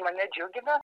mane džiugina